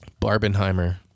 Barbenheimer